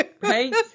Right